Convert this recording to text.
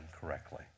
correctly